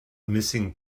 missing